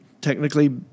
technically